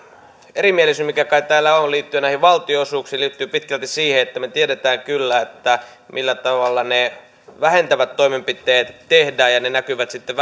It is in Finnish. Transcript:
erimielisyys mikä kai täällä on liittyen näihin valtionosuuksiin liittyy pitkälti siihen että me tiedämme kyllä millä tavalla ne vähentävät toimenpiteet tehdään ja ne näkyvät sitten